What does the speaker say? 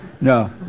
No